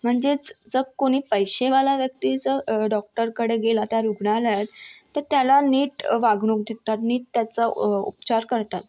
म्हणजेच जर कोणी पैसेवाला व्यक्ती जर डॉक्टरकडे गेला त्या रूग्णालयात तर त्याला नीट वागणूक देतात नीट त्याचं उपचार करतात